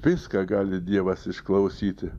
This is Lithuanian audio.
viską gali dievas išklausyti